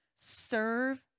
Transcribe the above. Serve